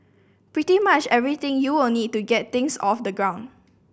pretty much everything you will need to get things off the ground